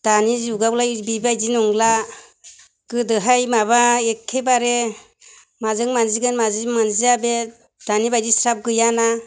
दानि जुगावलाय बेबायदि नंला गोदोहाय माबा एखेबारे माजों मान्जिगोन माजों मान्जिया बे दानिबायदि सार्फ गैयाना